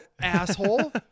asshole